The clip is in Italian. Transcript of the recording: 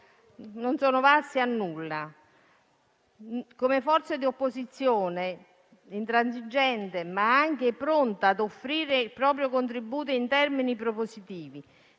non sono valsi a nulla. Come forza di opposizione intransigente, ma anche pronta a offrire il proprio contributo in termini propositivi,